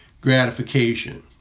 gratification